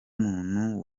muntu